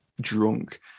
drunk